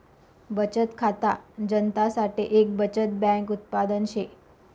बचत खाता जनता साठे एक बचत बैंक उत्पादन शे